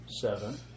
seven